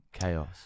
Chaos